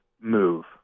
move